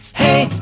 hey